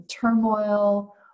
turmoil